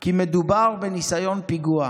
כי מדובר בניסיון פיגוע,